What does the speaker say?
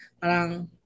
Parang